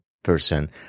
person